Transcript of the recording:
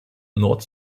nord